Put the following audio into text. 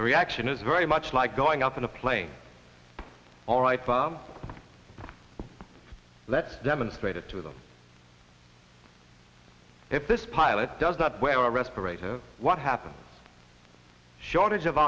the reaction is very much like going up in a plane all right from let's demonstrated to them if this pilot does not wear a respirator what happens shortage of